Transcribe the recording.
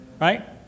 right